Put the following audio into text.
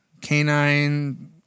canine